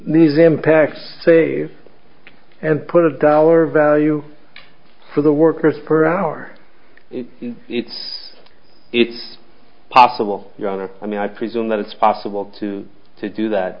these impacts say and put a dollar value for the workers per hour it's possible i mean i presume that it's possible to do that